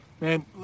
man